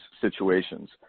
situations